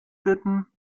bitten